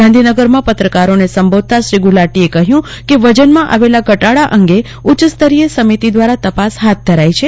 ગાંધીનગરમાં પત્રકારોને સંબોધતા શ્રી ગુલાટીએ કહ્યું કે વજનમાં આવેલા ઘટાડા અંગે ઉચ્ચસ્તરીય સમિતિ દ્વારા તપાસ હાથ ધરાઇ છે